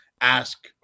ask